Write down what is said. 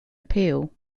appeal